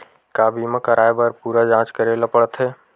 का बीमा कराए बर पूरा जांच करेला पड़थे?